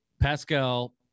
Pascal